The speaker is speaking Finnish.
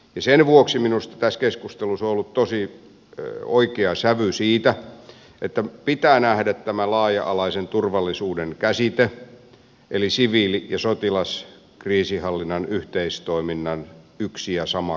sen vuoksi minusta tässä keskustelussa on ollut tosi oikea sävy siitä että pitää nähdä tämä laaja alaisen turvallisuuden käsite eli siviili ja sotilaskriisinhallinnan yhteistoiminnan yksi ja sama kuva